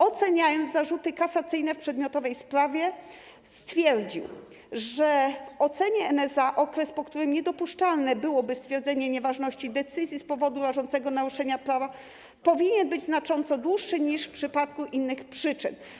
Oceniając zarzuty kasacyjne w przedmiotowej sprawie, stwierdził, że w ocenie NSA okres, po którym niedopuszczalne byłoby stwierdzenie nieważności decyzji z powodu rażącego naruszenia prawa, powinien być znacząco dłuższy niż w przypadku innych przyczyn.